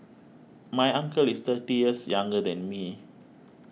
my uncle is thirty years younger than me